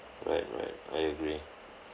right right I agree